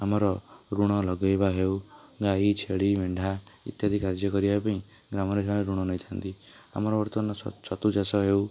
ଆମର ଋଣ ଲଗେଇବା ହେଉ ଗାଈ ଛେଳି ମେଣ୍ଢା ଇତ୍ୟାଦି କାର୍ଯ୍ୟ କରିବା ପାଇଁ ଗ୍ରାମରେ ଗ୍ରାମରେ ଋଣ ନେଇଥାନ୍ତି ଆମର ବର୍ତମାନ ଛତୁ ଚାଷ ହେଉ